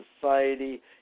society